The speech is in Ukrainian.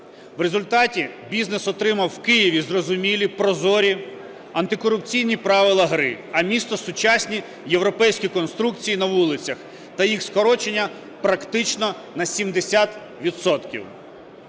В результаті бізнес отримав у Києві зрозумілі, прозорі антикорупційні правила гри, а місто – сучасні європейські конструкції на вулицях та їх скорочення практично на 70